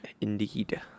Indeed